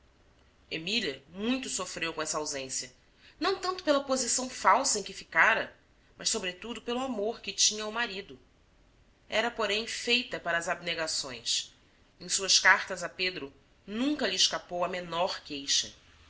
emília muito sofreu com essa ausência não tanto pela posição falsa em que ficara mas sobretudo pelo amor que tinha ao marido era porém feita para as abnegações em suas cartas a pedro nunca lhe escapou a menor queixa